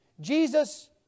Jesus